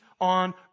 on